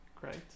Great